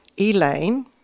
Elaine